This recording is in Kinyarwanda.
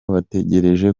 bategereje